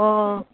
ꯑꯣ